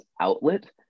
outlet